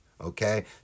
okay